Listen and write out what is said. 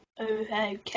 Okay